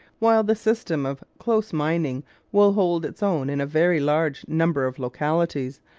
while the system of close mining will hold its own in a very large number of localities,